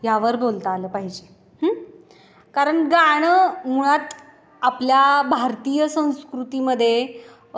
यावर बोलता आलं पाहिजे कारण गाणं मुळात आपल्या भारतीय संस्कृतीमध्ये